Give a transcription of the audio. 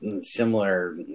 similar